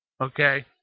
okay